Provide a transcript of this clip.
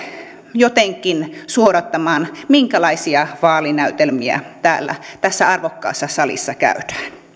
jotenkin suodattamaan minkälaisia vaalinäytelmiä täällä tässä arvokkaassa salissa